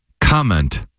comment